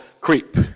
creep